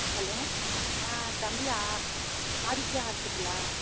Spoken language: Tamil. ஹலோ ஆ தம்பி ஆதித்யா ஹாஸ்பிட்டலா